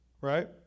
right